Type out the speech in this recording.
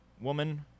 woman